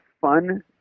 fun